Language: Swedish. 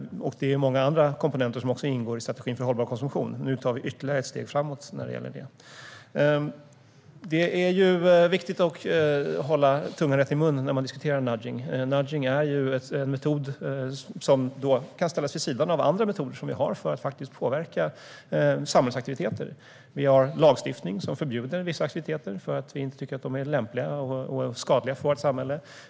Det är många andra komponenter som ingår i strategin för hållbar konsumtion. Nu tar vi ytterligare ett steg fram när det gäller det. Det är viktigt att hålla tungan rätt i mun när man diskuterar nudging. Nudging är en metod som kan ställas vid sidan av andra metoder som vi har för att påverka samhällsaktiviteter. Vi har lagstiftning som förbjuder vissa aktiviteter för att vi inte tycker att de är lämpliga och för att de är skadliga för vårt samhälle.